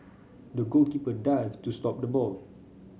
the goalkeeper dived to stop the ball